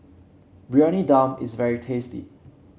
Briyani Dum is very tasty